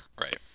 Right